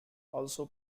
also